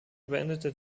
beendete